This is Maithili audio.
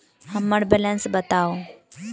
हम्मर बैलेंस बताऊ